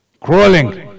Crawling